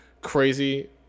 crazy